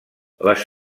les